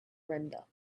render